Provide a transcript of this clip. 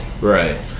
Right